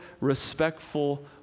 respectful